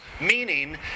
meaning